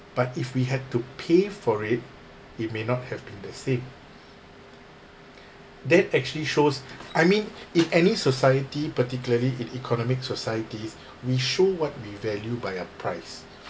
but if we had to pay for it it may not have been the same that actually shows I mean in any society particularly in economic societies we show what we value by a price